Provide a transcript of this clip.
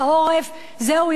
זה הוא יכול לעשות,